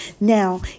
Now